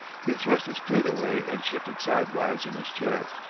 he thrust his plate away and shifted sidewise in his chair.